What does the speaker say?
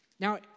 Now